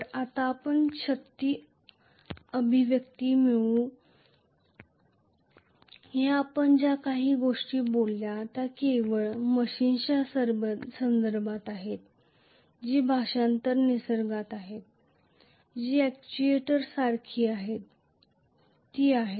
तर आता आपण शक्ती अभिव्यक्ती मिळवू या आपण ज्या काही गोष्टी बोलल्या त्या केवळ मशीनच्या संदर्भात आहेत जी ट्रान्स्लेशनल स्वरूपाची आहे जी अॅक्ट्युएटर सारखी आहे ती आहे